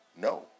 no